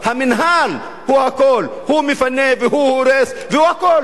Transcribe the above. המינהל הוא הכול, הוא מפנה והוא הורס והוא הכול.